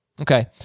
Okay